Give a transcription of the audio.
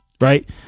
right